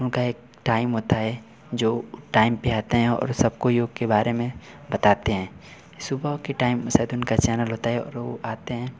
उनका एक टाइम होता है जो टाइम पर आते हैं और सबको योग के बारे में बताते हैं सुबह के टाइम शायद उनका चैनल होता है और वे आते हैं